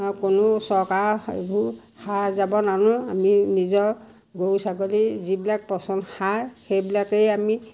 কোনো চৰকাৰৰ এইবোৰ সাৰ জাবব নানো আমি নিজৰ গৰু ছাগলীৰ যিবিলাক পচন সাৰ সেইবিলাকেই আমি